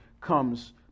comes